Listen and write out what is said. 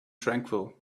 tranquil